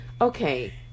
okay